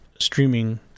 streaming